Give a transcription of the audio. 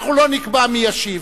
אנחנו לא נקבע מי ישיב.